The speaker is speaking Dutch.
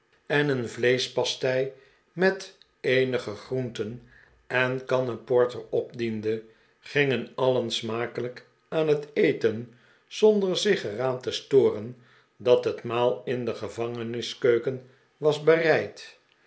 en een vleeschpastei met eenige groenten en kannen porter opdiende gingen alien smakelijk aan het eten zonder zich er aan te storen dat het maal in de gevangeniskeuken wasbereid na